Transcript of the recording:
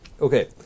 Okay